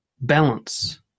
Balance